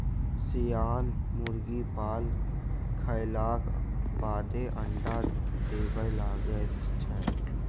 सियान मुर्गी पाल खयलाक बादे अंडा देबय लगैत छै